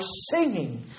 singing